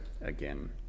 again